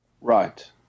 Right